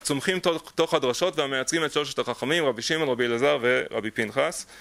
צומחים תוך הדרשות ומייצרים את שלושת החכמים, רבי שמען, רבי אלעזר ורבי פנחס